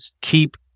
keep